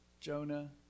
Jonah